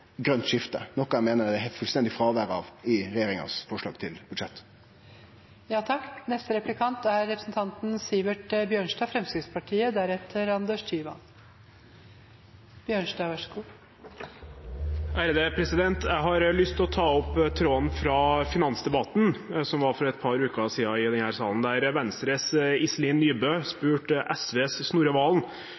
grønt skifte, noko eg meiner er fullstendig fråverande i regjeringas forslag til budsjett. Jeg har lyst til å ta opp tråden fra finansdebatten, som var for et par uker siden i denne salen, der Venstres Iselin Nybø spurte SVs Snorre Serigstad Valen